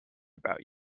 about